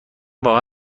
واقعا